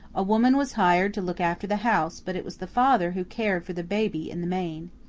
a woman was hired to look after the house, but it was the father who cared for the baby in the main.